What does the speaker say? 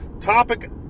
topic